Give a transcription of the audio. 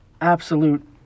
absolute